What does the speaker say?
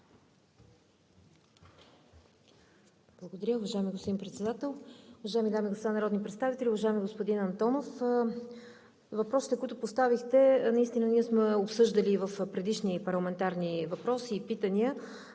Благодаря, уважаеми господин Председател. Уважаеми дами и господа народни представители, уважаеми господин Антонов! Въпросите, които поставихте, сме ги обсъждали и в предишни парламентарни въпроси и питания.